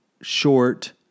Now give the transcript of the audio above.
short